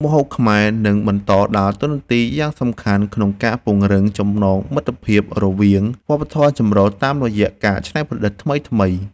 ម្ហូបខ្មែរនឹងបន្តដើរតួនាទីយ៉ាងសំខាន់ក្នុងការពង្រឹងចំណងមិត្តភាពរវាងវប្បធម៌ចម្រុះតាមរយៈការច្នៃប្រឌិតថ្មីៗ។